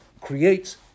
creates